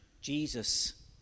Jesus